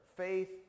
faith